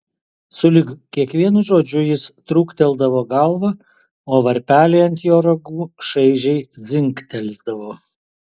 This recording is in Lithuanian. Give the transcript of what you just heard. sulig kiekvienu žodžiu jis trūkteldavo galvą o varpeliai ant jo ragų šaižiai dzingteldavo